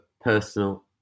personal